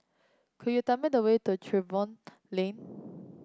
could you tell me the way to Tiverton Lane